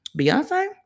Beyonce